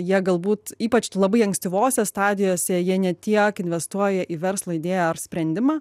jie galbūt ypač labai ankstyvose stadijose jie ne tiek investuoja į verslo idėją ar sprendimą